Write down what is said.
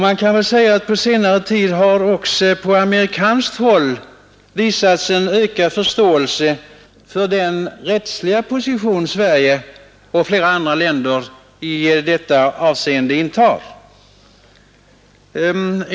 Man kan väl säga att på senare tid har också på amerikanskt håll visats en ökad förståelse för den rättsliga position Sverige och flera andra länder i detta avseende intar.